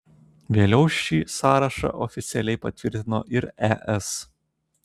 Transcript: vėliau šį sąrašą oficialiai patvirtino ir es